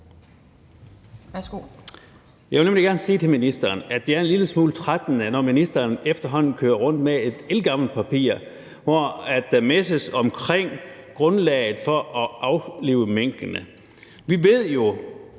jeg synes, at det efterhånden er en lille smule trættende, når ministeren efterhånden kører rundt med et ældgammelt papir, hvor der messes omkring grundlaget for at aflive minkene. Vi ved jo,